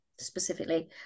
Specifically